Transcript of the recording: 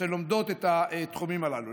שלומדות את התחומים הללו.